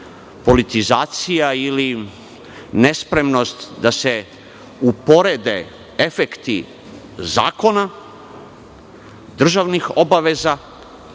politizacija ili nespremnost da se uporede efekti zakona, državnih obaveza